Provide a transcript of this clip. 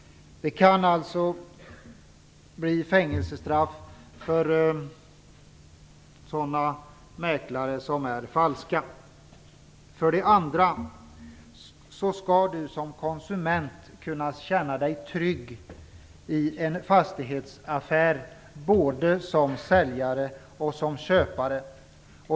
Det kan alltså bli fängelsestraff för falska falska mäklare. För det andra: Konsumenten skall kunna känna sig trygg i en fastighetsaffär. Det gäller både som säljare och köpare.